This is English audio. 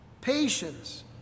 patience